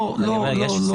לא, לא, לא, לא.